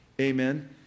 Amen